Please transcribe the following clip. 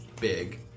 big